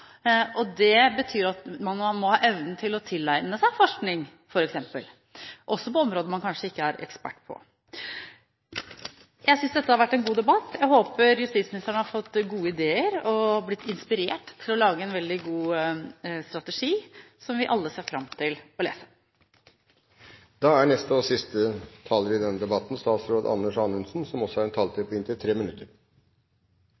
og det betyr at man må ha evne til å tilegne seg forskning f.eks., også på områder man ikke er ekspert på. Jeg synes dette har vært en god debatt. Jeg håper justisministeren har fått gode ideer og blitt inspirert til å lage en veldig god strategi som vi alle ser fram til å lese. Stortinget inspirerer meg alltid, og det har det gjort også denne gangen. Jeg vil takke for det som etter hvert utviklet seg til å bli en